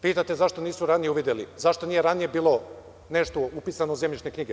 Pitate - zašto nisu ranije uvideli, zašto nije ranije bilo nešto upisano u zemljišne knjige?